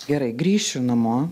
gerai grįšiu namo